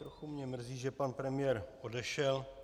Trochu mě mrzí, že pan premiér odešel.